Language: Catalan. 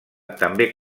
també